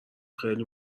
خیلی